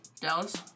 Dallas